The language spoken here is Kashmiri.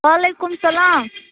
وعلیکُم السلام